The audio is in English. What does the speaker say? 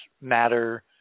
matter